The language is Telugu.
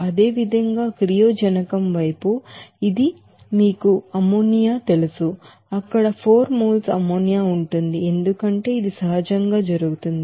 అదేవిధంగా ప్రోడక్ట్ వైపు ఇది మీకు అమ్మోనియా తెలుసు అక్కడ 4 moles అమ్మోనియా ఉంటుంది ఎందుకంటే ఇది సహజంగా జరుగుతుంది